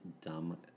dumb